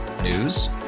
News